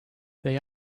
they